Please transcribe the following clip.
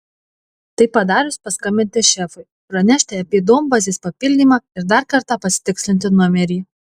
tai padarius paskambinti šefui pranešti apie duombazės papildymą ir dar kartą pasitikslinti numerį